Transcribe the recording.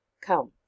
come